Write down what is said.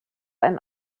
ein